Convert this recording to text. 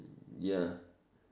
ya